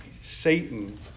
Satan